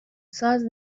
ساز